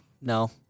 No